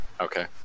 Okay